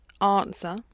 answer